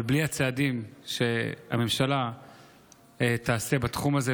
אבל בלי הצעדים שהממשלה תעשה בתחום הזה,